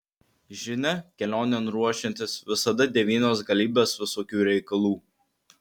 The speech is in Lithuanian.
žinia kelionėn ruošiantis visada devynios galybės visokių reikalų